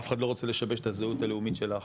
אף אחד לא רוצה לשבש את הזהות הלאומית שלך,